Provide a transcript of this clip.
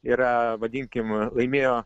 yra vadinkim laimėjo